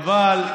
חבל.